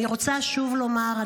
אני רוצה שוב לומר,